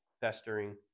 festering